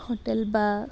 hotel বা